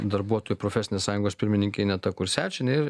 darbuotojų profesinės sąjungos pirmininkė ineta kursevičienė ir